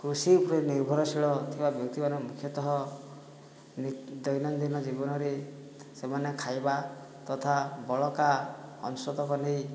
କୃଷି ଉପରେ ନିର୍ଭରଶୀଳ ଥିବା ବ୍ୟକ୍ତିମାନେ ମୁଖ୍ୟତଃ ଦୈନନ୍ଦିନ ଜୀବନରେ ସେମାନେ ଖାଇବା ତଥା ବଳକା ଅଂଶ ତକ ନେଇ